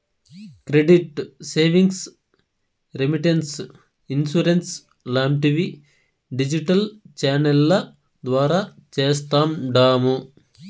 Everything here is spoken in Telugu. క్రెడిట్ సేవింగ్స్, రెమిటెన్స్, ఇన్సూరెన్స్ లాంటివి డిజిటల్ ఛానెల్ల ద్వారా చేస్తాండాము